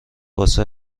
واسه